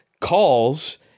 calls